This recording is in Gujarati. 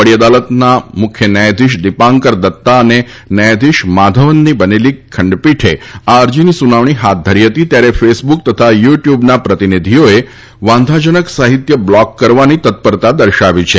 વડી અદાલતની મુખ્ય ન્યાયાધીશ દિપાંકર દત્તા અને ન્યાયાધીશ માધવની બનેલી ખંડપીઠે આ અરજીની સુનાવણી હાથ ધરી હતી ત્યારે ફેસબુક તથા યૂટ્યૂબના પ્રતિનિધિઓએ વાંધાજનક સાહિત્ય બ્લોક કરવાની તત્પરતા દર્શાવી છે